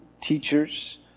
teachers